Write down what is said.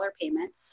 payment